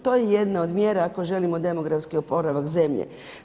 To je jedna od mjera ako želimo demografski oporavak zemlje.